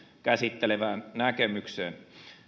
käsittelevään näkemykseen